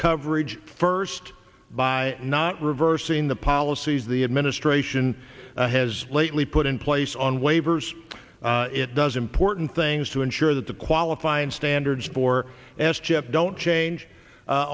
coverage first by not reversing the policies the administration has lately put in place on waivers it does important things to ensure that the qualifying standards for s chip don't change